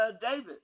David